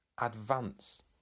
advance